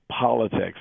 politics